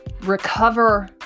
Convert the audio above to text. recover